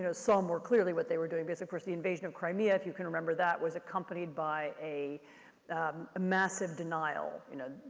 know, some so more clearly what they were doing. because, of course, the invasion of crimea, if you can remember, that was accompanied by a massive denial, you know.